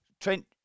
Trent